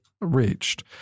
reached